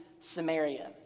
Samaria